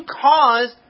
caused